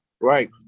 Right